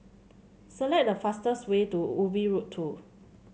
select the fastest way to Ubi Road Two